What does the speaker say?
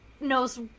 knows